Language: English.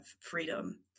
freedom